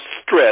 stress